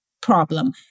problem